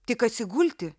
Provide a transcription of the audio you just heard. tik atsigulti